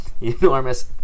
Enormous